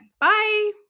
Bye